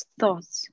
thoughts